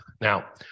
Now